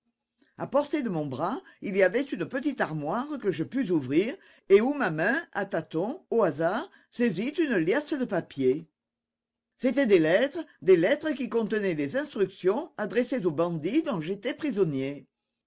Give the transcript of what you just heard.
à portée de mon bras il y avait une petite armoire que je pus ouvrir et où ma main à tâtons au hasard saisit une liasse de papiers c'était des lettres des lettres qui contenaient les instructions adressées aux bandits dont j'étais prisonnier